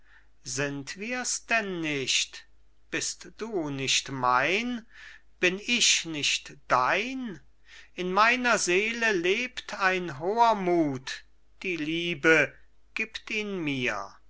sind wirs denn nicht bist du nicht mein bin ich nicht dein in meiner seele lebt ein hoher mut die liebe gibt ihn mir